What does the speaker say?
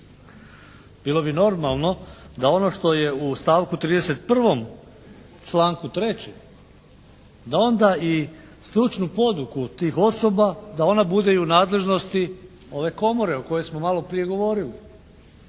Bilo bi normalno da ono što je u stavku 31. u članku 3. da onda i stručnu poduku tih osoba, da ona bude i u nadležnosti ove komore o kojoj smo maloprije govorili,